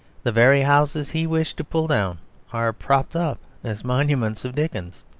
the very houses he wished to pull down are propped up as monuments of dickens.